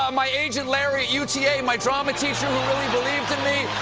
um my agent larry at u t a, my drama teacher who really believed in me, ah,